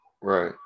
Right